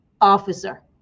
officer